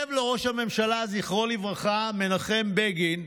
יושב לו ראש הממשלה, זכרו לברכה, מנחם בגין,